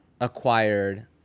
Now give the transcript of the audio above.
acquired